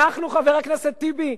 אנחנו, חבר הכנסת טיבי?